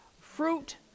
Fruit